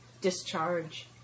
discharge